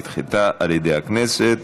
נדחתה על ידי הכנסת.